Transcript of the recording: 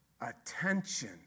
Attention